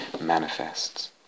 manifests